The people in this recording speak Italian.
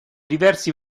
diversi